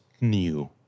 new